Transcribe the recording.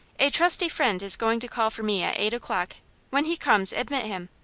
a trusty friend is going to call for me at eight o'clock when he comes admit him.